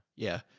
yeah.